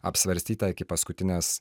apsvarstyta iki paskutinės